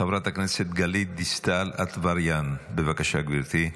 חברת הכנסת גלית דיסטל אטבריאן, בבקשה, גברתי.